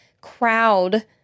crowd